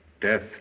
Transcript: Death